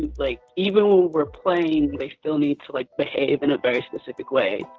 like, even when we're playing they still need to, like, behave in a very specific way.